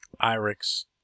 IRIX